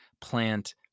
plant